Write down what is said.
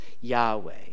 Yahweh